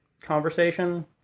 conversation